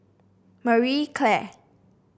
Marie Claire